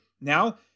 Now